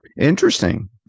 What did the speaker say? Interesting